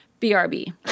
BRB